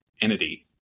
entity